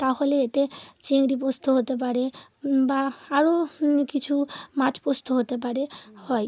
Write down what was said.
তাহলে এতে চিংড়ি পোস্ত হতে পারে বা আরও কিছু মাছ পোস্ত হতে পারে হয়